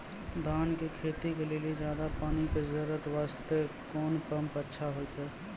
धान के खेती के लेली ज्यादा पानी के जरूरत वास्ते कोंन पम्प अच्छा होइते?